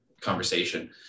conversation